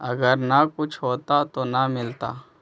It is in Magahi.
अगर न कुछ होता तो न मिलता?